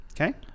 Okay